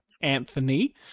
Anthony